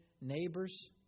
neighbors